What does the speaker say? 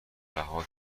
رها